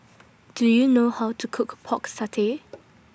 Do YOU know How to Cook Pork Satay